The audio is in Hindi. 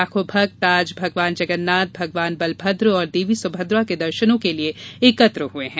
लाखों भक्त आज भगवान जगन्नाथ भगवान बलभद्र और देवी सुभव्ना के दर्शनों के लिए एकत्र हए हैं